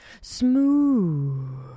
smooth